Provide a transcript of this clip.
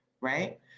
right